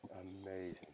Amazing